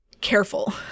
careful